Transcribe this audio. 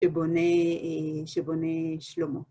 שבונה שלמה.